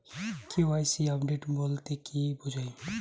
KYC update বলতে কি বোঝায়?